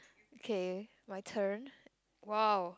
okay my turn !wow!